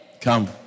Come